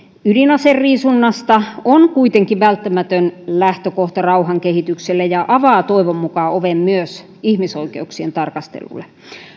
ydinaseriisunnasta on kuitenkin välttämätön lähtökohta rauhankehitykselle ja avaa toivon mukaan oven myös ihmisoikeuksien tarkastelulle